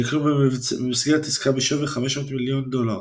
שנקנו במסגרת עסקה בשווי 500 מיליון דולר.